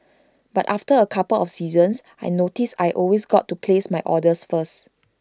but after A couple of seasons I noticed I always got to place my orders first